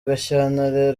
gashyantare